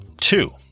Two